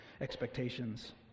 expectations